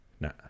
no